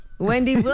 Wendy